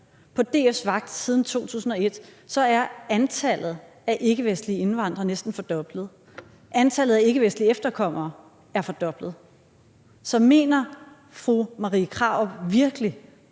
På DF's vagt siden 2001 er antallet af ikkevestlige indvandrere næsten fordoblet, antallet af ikkevestlige efterkommere er fordoblet. Så mener fru Marie Krarup virkelig,